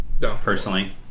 personally